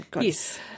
Yes